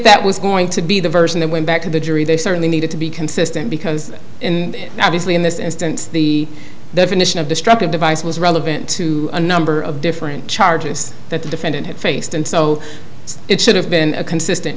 that was going to be the version that went back to the jury they certainly needed to be consistent because in obviously in this instance the definition of destructive device was relevant to a number of different charges that the defendant had faced and so it should have been consistent